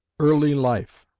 early life.